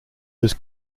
was